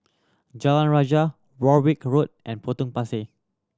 Jalan Rajah Warwick Road and Potong Pasir